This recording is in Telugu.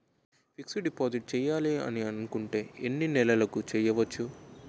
ఫిక్సడ్ డిపాజిట్ చేయాలి అనుకుంటే ఎన్నే నెలలకు చేయొచ్చు?